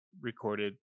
recorded